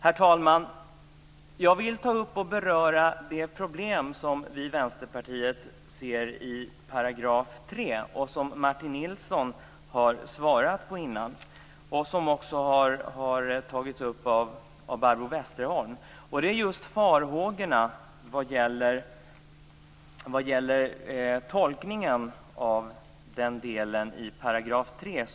Herr talman! Jag vill beröra de problem som vi i Vänsterpartiet ser i 3 § och som Martin Nilsson har svarat på tidigare. Den frågan har också tagits upp av Barbro Westerholm. Det gäller farhågorna vad gäller tolkningen av andra stycket i 3 §.